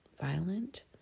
violent